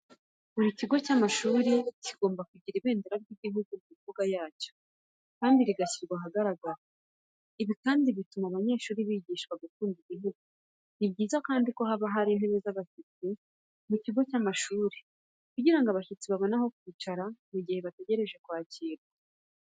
Buri kigo cy’amashuri kigomba kugira ibendera ry’igihugu mu mbuga yacyo, kandi rigashyirwa ahagaragara. Ibi kandi bituma abanyeshuri bigishwa gukunda igihugu. Ni byiza kandi ko haba intebe z'abashyitsi mu kigo cy’amashuri, kugira ngo abashyitsi babone aho kwicara mu gihe bategereje kwakirwa.